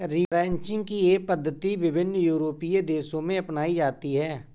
ranching की यह पद्धति विभिन्न यूरोपीय देशों में अपनाई जाती है